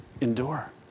Endure